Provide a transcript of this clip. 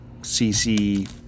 CC